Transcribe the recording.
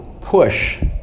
push